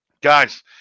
guys